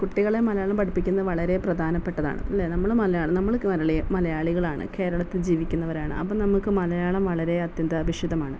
കുട്ടികളെ മലയാളം പഠിപ്പിക്കുന്നത് വരെ പ്രധാനപ്പെട്ടതാണ് അല്ലെ നമ്മൾ മലയാളം നമ്മൾ കേരളീയർ മലയാളികളാണ് കേരളത്തിൽ ജീവിക്കുന്നവരാണ് അപ്പം നമുക്ക് മലയാളം വളരെ അത്യന്താപേക്ഷിതമാണ്